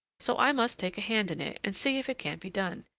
so i must take a hand in it, and see if it can be done.